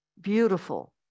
Beautiful